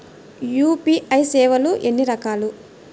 UPI సేవలు ఎన్నిరకాలు?